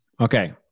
Okay